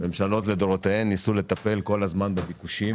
ממשלות לדורותיהן ניסו לטפל כל הזמן בביקושים